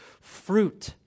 fruit